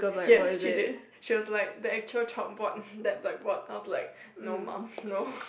yes she did she was like the actual chalkboard that blackboard then I was like no mum no